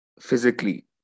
physically